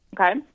Okay